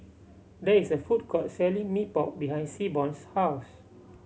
there is a food court selling Mee Pok behind Seaborn's house